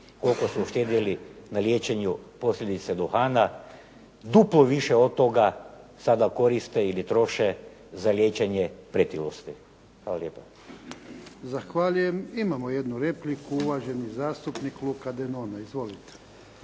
koliko su uštedjeli na liječenju posljedice duhana, duplo više od toga sada koriste ili troše za liječenje pretilosti. Hvala lijepa. **Jarnjak, Ivan (HDZ)** Zahvaljujem. Imamo jednu repliku, uvaženi zastupnik Luka Denona. Izvolite.